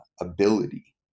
ability